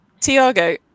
tiago